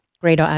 Great